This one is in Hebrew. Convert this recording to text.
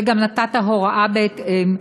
וגם נתת הוראה בהתאם,